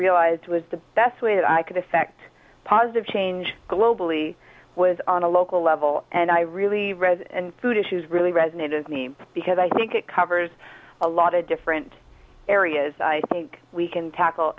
realized was the best way that i could effect positive change globally was on a local level and i really food issues really resonated with me because i think it covers a lot of different areas i think we can tackle